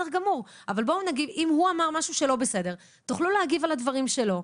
אם הוא אמר משהו לא בסדר תוכלו להגיב על הדברים שלו.